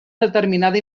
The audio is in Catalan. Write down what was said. determinada